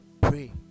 pray